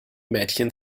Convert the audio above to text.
mädchen